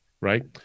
right